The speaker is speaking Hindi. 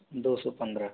दो सौ पंद्रह